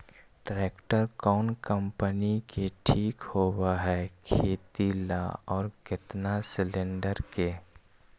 Tractor कोन company के ठीक होब है खेती ल औ केतना सलेणडर के?